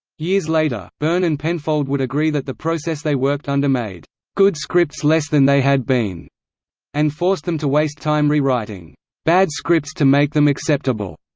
years later, byrne and penfold would agree that the process they worked under made good scripts less than they had been and forced them to waste time re-writing bad scripts to make them acceptable.